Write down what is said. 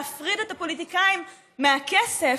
להפריד את הפוליטיקאים מהכסף,